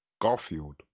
Garfield